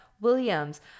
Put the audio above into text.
Williams